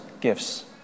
gifts